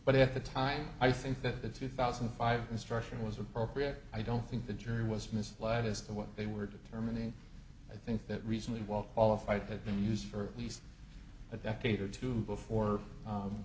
but at the time i think that the three thousand five instruction was appropriate i don't think the jury was misled as to what they were determining i think that recently well qualified have been used for least a decade or two before